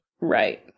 Right